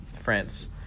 France